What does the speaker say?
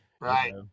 Right